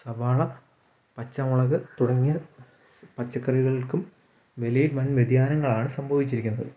സവാള പച്ചമുളക് തുടങ്ങിയ പച്ചക്കറികൾക്കും വിലയിൽ വൻ വ്യതിയാനങ്ങളാണ് സംഭവിച്ചിരിക്കുന്നത്